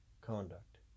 conduct